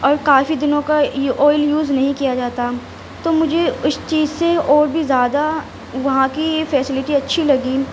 اور کافی دنوں کا آئل یوز نہیں کیا جاتا تو مجھے اس چیز سے اور بھی زیادہ وہاں کی فیسیلیٹی اچّھی لگی